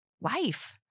life